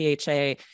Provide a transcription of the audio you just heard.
PHA